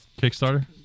Kickstarter